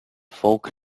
folk